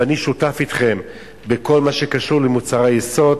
ואני שותף אתכם בכל מה שקשור למוצרי יסוד.